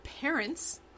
parents